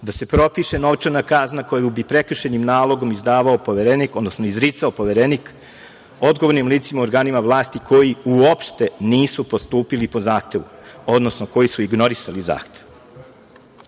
da se propiše novčana kazna koju bi prekršajnim nalogom izdavao Poverenik, odnosno izricao Poverenik odgovornim licima u organima vlasti koji uopšte nisu postupili po zahtevu, odnosno koji su ignorisali zahtev.U